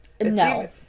No